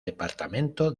departamento